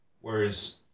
Whereas